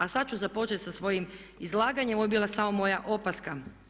A sada ću započeti sa svojim izlaganjem, ovo je bila samo moja opaska.